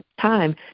time